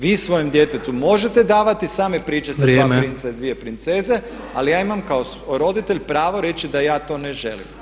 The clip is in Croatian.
Vi svojem djetetu možete davati same priče sa dva princa i dvije princeze, ali ja imam kao roditelj prav reći da ja to ne želim.